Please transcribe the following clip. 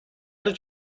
did